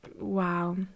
wow